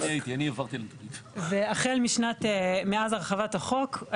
והחל מאז הרחבת החוק,